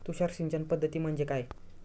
तुषार सिंचन पद्धती म्हणजे काय?